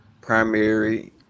primary